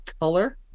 color